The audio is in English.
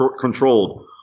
controlled